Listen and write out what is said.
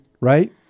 right